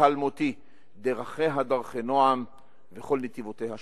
האלמותי "דרכיה דרכי נעם וכל נתיבותיה שלום".